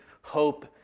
hope